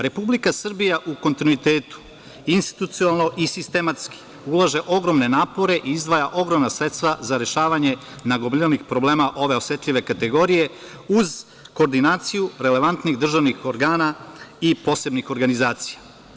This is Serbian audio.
Republika Srbija u kontinuitetu, institucionalno i sistematski ulaže ogromne napore i izdvaja ogromna sredstva za rešavanje nagomilanih problema ove osetljive kategorije, uz koordinaciju relevantnih državnih organa i posebnih organizacija.